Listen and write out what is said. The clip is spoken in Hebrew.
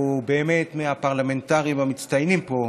שהוא מהפרלמנטרים המצטיינים פה,